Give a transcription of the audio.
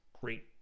great